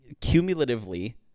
cumulatively